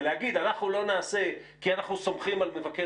ולהגיד אנחנו לא נעשה כי אנחנו סומכים על מבקר